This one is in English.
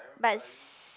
but s~